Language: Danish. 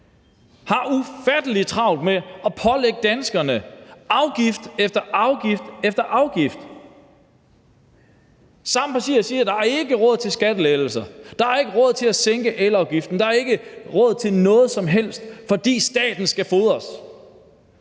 har ufattelig travlt med at pålægge danskerne afgift efter afgift efter afgift. De samme partier siger, der ikke er råd til skattelettelser. Der er ikke råd til at sænke elafgiften. Der er ikke råd til noget som helst, fordi staten skal fodres.